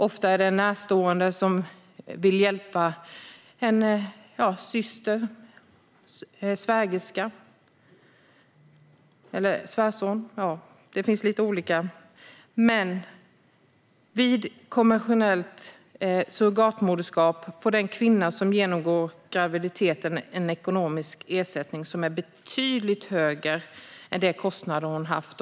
Ofta handlar det om en närstående som vill hjälpa en kvinna - det kan vara lite olika, till exempel en syster, en svägerska eller svärson. Men vid kommersiellt surrogatmoderskap får den kvinna som genomgår graviditeten en ekonomisk ersättning som är betydligt högre än de kostnader hon har haft.